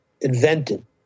invented